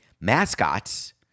mascots